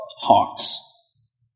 hearts